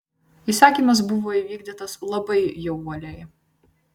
įsakymas buvo įvykdytas labai jau uoliai